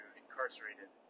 incarcerated